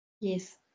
yes